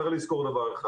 צריך לזכור דבר אחד.